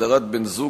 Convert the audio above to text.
הגדרת בן-זוג,